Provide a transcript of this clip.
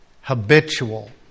habitual